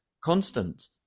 constant